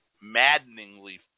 maddeningly